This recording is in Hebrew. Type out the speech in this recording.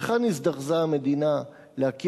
ואילו בשכונת-האולפנה הזדרזה המדינה להכיר